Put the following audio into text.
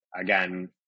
again